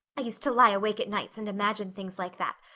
i used to lie awake at nights and imagine things like that,